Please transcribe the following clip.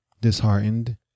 disheartened